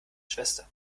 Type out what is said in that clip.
schwester